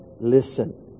listen